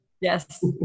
Yes